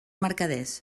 mercaders